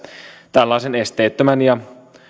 tällaisen esteettömän ja